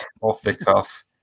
off-the-cuff